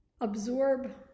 absorb